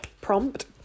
prompt